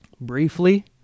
briefly